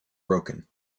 broken